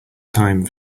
time